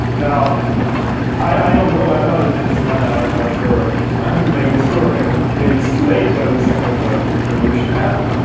now i don't know, i'm not a businessman, i'm not sure how to make this work and maybe it's too late to have this kind of revolution happen,